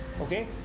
okay